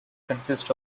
consists